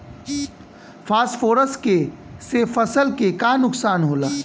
Phosphorus के से फसल के का नुकसान होला?